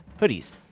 hoodies